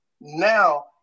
now